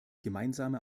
gemeinsame